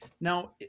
Now